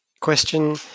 question